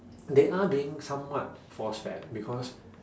they are being somewhat force fed because